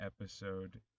episode